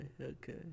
okay